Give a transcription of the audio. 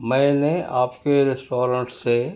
میں نے آپ کے ریسٹورنٹ سے